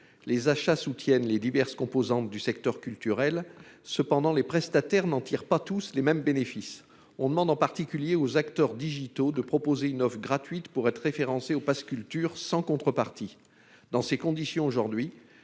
les achats soutiennent les diverses composantes du secteur culturel cependant les prestataires n'en tire pas tous les mêmes bénéfices on demande en particulier aux acteurs digitaux de proposer une offre gratuite pour être référencé au Pass culture sans contrepartie dans ces conditions, aujourd'hui,